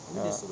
ya